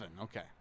okay